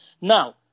Now